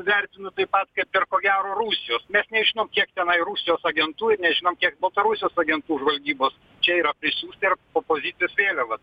vertinu taip pat kaip ir ko gero rusijos mes nežinom kiek tenai rusijos agentų ir nežinom kiek baltarusijos agentų žvalgybos čia yra prisiųsti po opozicijos vėliava